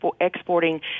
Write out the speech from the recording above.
exporting